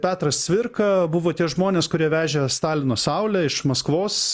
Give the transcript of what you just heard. petras cvirka buvo tie žmonės kurie vežė stalino saulę iš maskvos